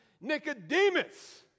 Nicodemus